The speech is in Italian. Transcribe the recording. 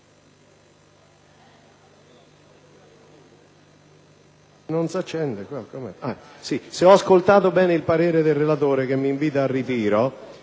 Presidente, se ho ascoltato bene il parere del relatore, che mi invita al ritiro,